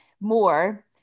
more